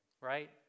right